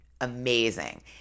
Amazing